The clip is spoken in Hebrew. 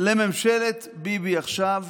לממשלת ביבי, עכשיו